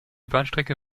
bahnstrecke